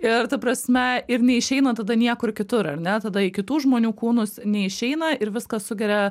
ir ta prasme ir neišeina tada niekur kitur ar ne tada į kitų žmonių kūnus neišeina ir viską sugeria